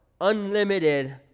unlimited